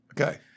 Okay